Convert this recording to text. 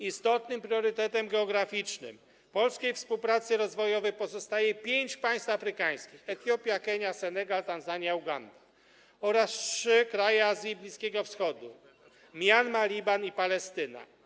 Istotnym priorytetem geograficznym polskiej współpracy rozwojowej pozostaje pięć państw afrykańskich: Etiopia, Kenia, Senegal, Tanzania i Uganda, a także trzy kraje Azji i Bliskiego Wschodu: Mjanma, Liban i Palestyna.